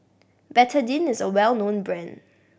Betadine is a well known brand